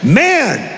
man